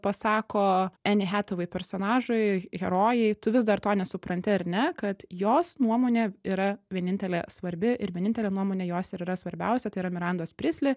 pasako eni hatavei personažui h herojai tu vis dar to nesupranti ar ne kad jos nuomonė yra vienintelė svarbi ir vienintelė nuomonė jos ir yra svarbiausia tai yra mirandos prisli